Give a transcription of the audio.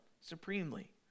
supremely